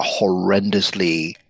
horrendously